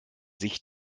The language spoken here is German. sich